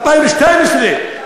2012,